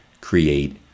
create